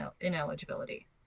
ineligibility